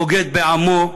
בוגד בעמו,